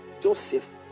Joseph